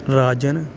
ਰਾਜਨ